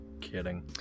kidding